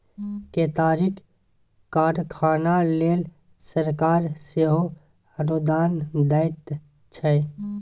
केतारीक कारखाना लेल सरकार सेहो अनुदान दैत छै